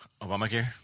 Obamacare